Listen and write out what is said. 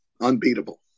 Unbeatable